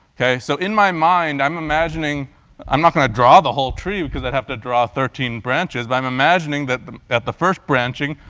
ok? so in my mind, i'm imagining i'm not going to draw the whole tree because i'd have to draw thirteen thirteen branches, but i'm imagining that at the first branching,